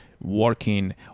working